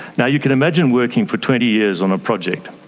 now, you can imagine working for twenty years on a project,